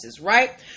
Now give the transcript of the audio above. right